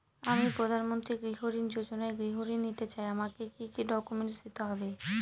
আমি প্রধানমন্ত্রী গৃহ ঋণ যোজনায় গৃহ ঋণ নিতে চাই আমাকে কি কি ডকুমেন্টস দিতে হবে?